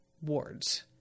wards